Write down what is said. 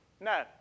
No